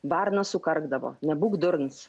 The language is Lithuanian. varna sukarkdavo nebūk durnas